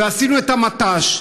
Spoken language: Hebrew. ועשינו את המת"ש,